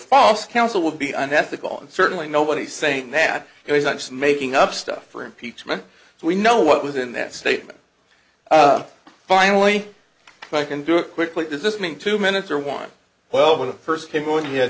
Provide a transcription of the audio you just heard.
false counsel would be unethical and certainly nobody's saying that he's not just making up stuff for impeachment so we know what was in that statement finally i can do it quickly does this mean two minutes or one well when it first came on